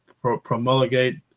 promulgate